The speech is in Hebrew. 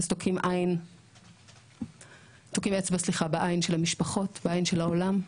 תוקעים אצבע בעין של המשפחות, בעין של העולם.